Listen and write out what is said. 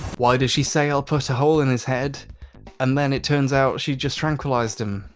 why does she say i'll put a hole in his head and then it turns out she just tranquilised him?